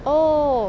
oh